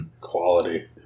Quality